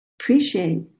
appreciate